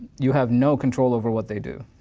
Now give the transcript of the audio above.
you have no control over what they do.